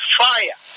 fire